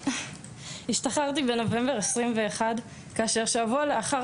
השתחררתי בנובמבר 2021 כאשר שבוע לאחר